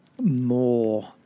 more